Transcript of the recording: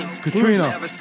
Katrina